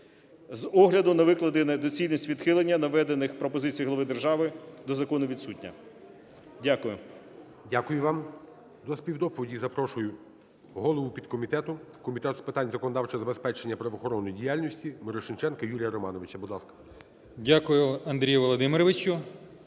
З огляду на викладене, доцільність відхилення наведених пропозицій голови держави до закону відсутня. Дякую. ГОЛОВУЮЧИЙ. Дякую вам. До співдоповіді запрошую голову підкомітету Комітету з питань законодавчого забезпечення правоохоронної діяльності Мірошниченка Юрія Романовича, будь ласка.